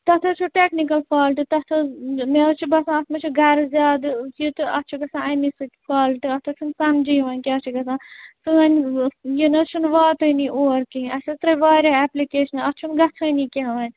تَتھ حظ چھُ ٹیکنِکَل فالٹہٕ تَتھ حظ مےٚ حظ چھُ باسان اَتھ منٛز چھُ گَرٕ زیادٕ یہِ تہٕ اَتھ چھُ گژھان اَمی سۭتۍ فالٹہٕ اَتھ حظ چھُنہٕ سَمجھٕے یِوان کیٛاہ چھُ گژھان سٲنۍ یہِ نہٕ حظ چھُنہٕ واتٲنی اور کیٚنٛہہ اَسہِ حظ ترٛٲے واریاہ ایپلِکیٚشنہٕ اَتھ چھُنہٕ گژھٲنی کیٚنٛہہ وۅنۍ